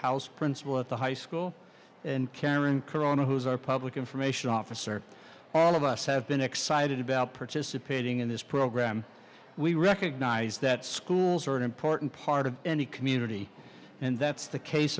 house principal at the high school and karen corona who is our public information officer all of us have been excited about participating in this program we recognize that schools are an important part of any community and that's the case